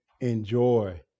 enjoy